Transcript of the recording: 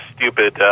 stupid